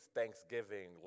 thanksgiving